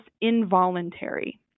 involuntary